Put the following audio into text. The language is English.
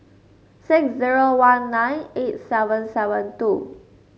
six zero one nine eight seven seven two